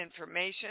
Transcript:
information